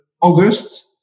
August